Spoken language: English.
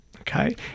okay